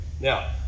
now